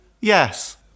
Yes